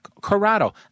Corrado